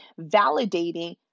validating